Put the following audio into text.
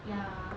ya